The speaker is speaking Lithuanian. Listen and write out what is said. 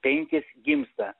penkis gimsta